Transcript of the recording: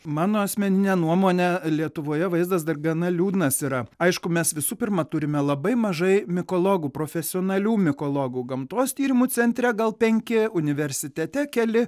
mano asmenine nuomone lietuvoje vaizdas dar gana liūdnas yra aišku mes visų pirma turime labai mažai mikologų profesionalių mikologų gamtos tyrimų centre gal penki universitete keli